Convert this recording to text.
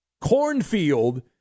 Cornfield